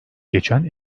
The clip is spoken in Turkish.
geçen